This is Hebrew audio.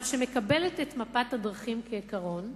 אבל שמקבלת את מפת הדרכים כעיקרון,